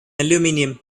aluminium